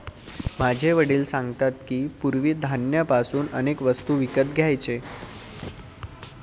माझे वडील सांगतात की, पूर्वी धान्य पासून अनेक वस्तू विकत घ्यायचे